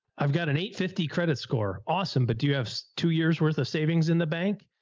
i've got an eight fifty credit score. awesome. but do you have two years worth of savings in the bank?